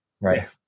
right